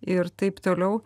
ir taip toliau